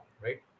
right